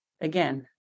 again